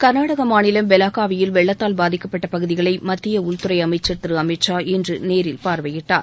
கர்நாடக மாநிலம் பெலகாவியில் வெள்ளத்தால் பாதிக்கப்பட்ட பகுதிகளை மத்திய உள்துறை அமைச்சர் திரு அமித்ஷா இன்று நேரில் பார்வையிட்டார்